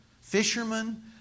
fishermen